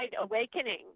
awakening